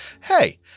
Hey